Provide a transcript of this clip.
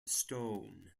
stone